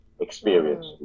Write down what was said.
experience